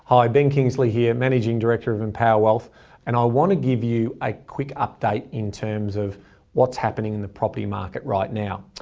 hi, ben kingsley here, managing director of empower wealth and i want to give you a quick update in terms of what's happening in the property market right now.